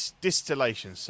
Distillation